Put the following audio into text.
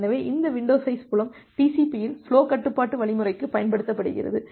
எனவே இந்த window size புலம் TCP இல் ஃபுலோ கட்டுப்பாட்டு வழிமுறைக்கு பயன்படுத்தப்படுகிறது